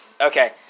Okay